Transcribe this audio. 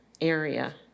area